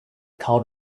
cold